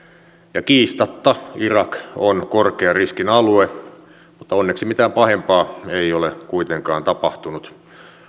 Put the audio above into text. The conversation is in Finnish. ja kiistatta irak on korkean riskin alue mutta onneksi mitään pahempaa ei ole kuitenkaan tapahtunut